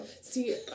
see